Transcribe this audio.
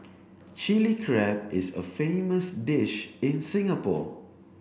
Chilli Crab is a famous dish in Singapore